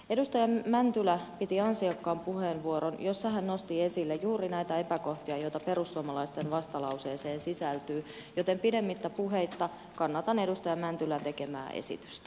edustaja mäntylä piti ansiokkaan puheenvuoron jossa hän nosti esille juuri näitä epäkohtia joita perussuomalaisten vastalauseeseen sisältyy joten pidemmittä puheitta kannatan edustaja mäntylän tekemää esitystä